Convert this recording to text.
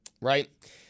right